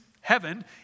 heaven